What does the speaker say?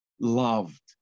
loved